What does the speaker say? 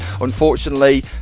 unfortunately